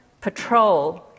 patrol